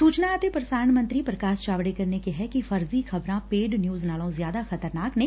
ਸੂਚਨਾ ਅਤੇ ਪ੍ਰਸਾਰਣ ਮੰਤਰੀ ਪ੍ਰਕਾਸ਼ ਜਾਵੜੇਕਰ ਨੇ ਕਿਹੈ ਫਰਜ਼ੀ ਖ਼ਬਰਾਂ ਪੇਡ ਨਿਊਜ਼ ਨਾਲੋਂ ਜ਼ਿਆਦਾ ਖ਼ਤਰਨਾਕ ਨੇ